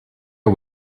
are